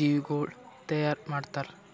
ಜೀವಿಗೊಳ್ ತೈಯಾರ್ ಮಾಡ್ತಾರ್